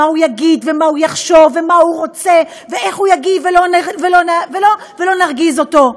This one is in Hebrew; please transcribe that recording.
מה הוא יגיד ומה הוא יחשוב ומה הוא רוצה ואיך הוא יגיב ולא נרגיז אותו.